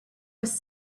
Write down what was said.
was